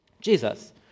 Jesus